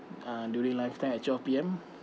uh during lunch time at twelve P_M